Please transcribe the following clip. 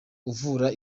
uvura